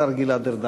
השר גלעד ארדן.